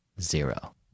zero